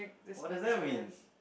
what does that mean